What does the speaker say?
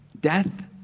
Death